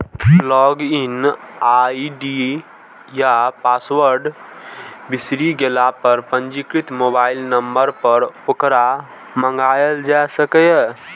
log in ID या password बिसरि गेला पर पंजीकृत मोबाइल नंबर पर ओकरा मंगाएल जा सकैए